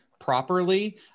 properly